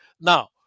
Now